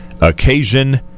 occasion